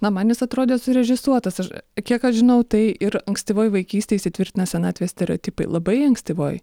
na man jis atrodė surežisuotas ir kiek aš žinau tai ir ankstyvoj vaikystėj įsitvirtina senatvės stereotipai labai ankstyvoj